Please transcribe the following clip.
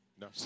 No